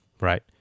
right